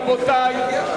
רבותי,